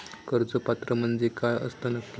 कर्ज पात्र म्हणजे काय असता नक्की?